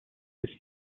this